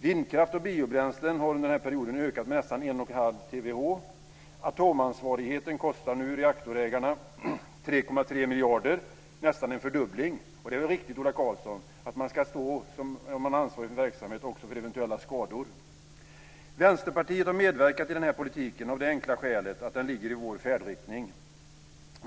Vindkraft och biobränslen har under den här perioden ökat med nästan 1,5 terawattimmar. Atomansvarigheten kostar nu reaktorägarna 3,3 miljarder, nästan en fördubbling, och det är väl riktigt, Ola Karlsson, att man som ansvarig för en verksamhet också ska stå för eventuella skador. Vänsterpartiet har medverkat till den här politiken av det enkla skälet att den ligger i vår färdriktning.